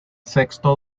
sexto